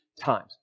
times